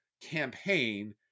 campaign